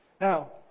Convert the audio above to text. Now